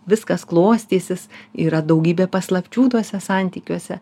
viskas klostysis yra daugybė paslapčių tuose santykiuose